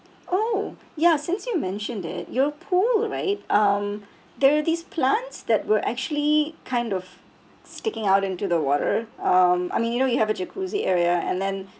oh ya since you mentioned it your pool right um there're these plants that were actually kind of sticking out into the water um I mean you know you have a jacuzzi area and then